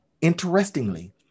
interestingly